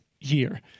year